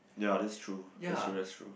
ya that's true that's true that's true